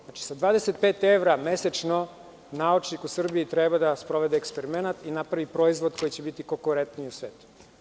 Znači, sa 25 evra mesečno naučnik u Srbiji treba da sprovede eksperiment i napravi proizvod koji će biti konkurentniji u svetu.